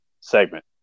segment